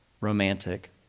romantic